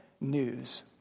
news